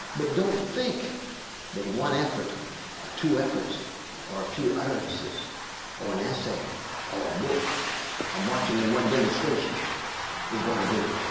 but don't think that one effort or two efforts or a few utterances or an essay or a book or marching in one demonstration is going to do it.